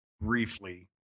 briefly